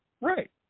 Right